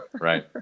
right